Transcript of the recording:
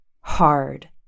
hard